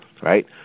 right